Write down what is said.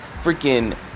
freaking